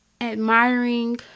admiring